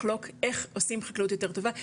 לחלוק איך עושים חקלאות יותר טובה,